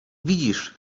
widzisz